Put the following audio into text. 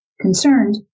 Concerned